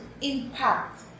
impact